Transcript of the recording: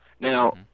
now